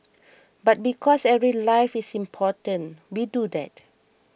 but because every life is important we do that